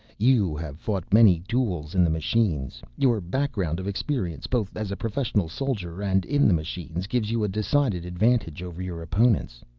you have fought many duels in the machines. your background of experience, both as a professional soldier and in the machines, gives you a decided advantage over your opponents.